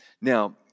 Now